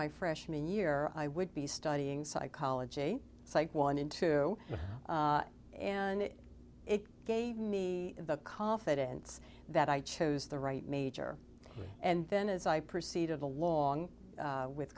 my freshman year i would be studying psychology psych one in two and it gave me the confidence that i chose the right major and then as i proceeded along with